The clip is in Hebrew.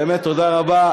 באמת תודה רבה,